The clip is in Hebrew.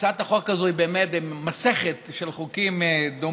והצעת החוק הזו היא באמת ממסכת של חוקים דומים,